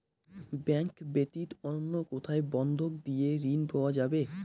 Bank ব্যাতীত অন্য কোথায় বন্ধক দিয়ে ঋন পাওয়া যাবে?